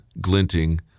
glinting